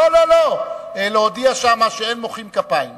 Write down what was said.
לא, לא, להודיע שם שאין בכנסת